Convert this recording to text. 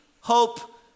hope